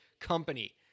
company